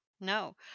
no